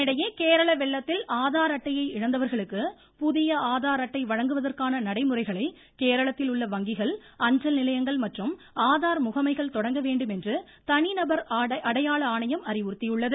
இதனிடையே கேரள வெள்ளத்தில் ஆதார் அட்டையை இழந்தவர்களுக்கு புதிய ஆதார் அட்டை வழங்குவதற்கான நடைமுறைகளை கேரளத்தில் உள்ள வங்கிகள் அஞ்சல் நிலையங்கள் மற்றும் ஆதார் முகமைகள் தொடங்க வேண்டும் என்று தனி நபர் அடையாள ஆணையம் அறிவுறுத்தியுள்ளது